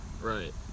Right